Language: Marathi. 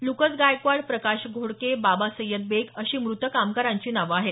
लुकस गायकवाड प्रकाश घोडके बाबा सय्यद बेग अशी मृत कामगारांची नावं आहेत